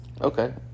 Okay